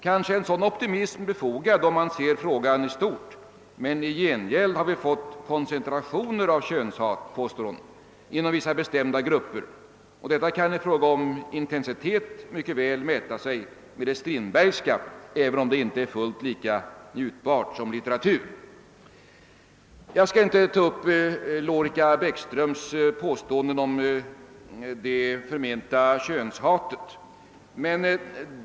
Kanske är en sådan optimism befogad om man ser frågan i stort: men i gengäld har vi fått koncentrationer av könshat inom vissa bestämda grupper, och detta kan i fråga om intensitet mycket väl mäta sig med det strindbergska, även om det inte är fullt lika njutbart som litteratur.» Jag skall inte anknyta till Lorica Beckströms påståenden om det förmenta könshatet.